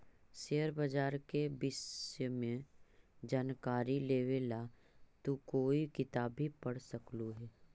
share बाजार के विष्य में जानकारी लेवे ला तू कोई किताब भी पढ़ सकलू हे